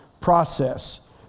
process